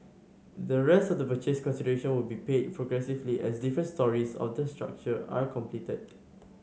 the rest of the purchase consideration will be paid progressively as different stories of the structure are completed